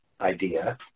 idea